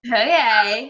okay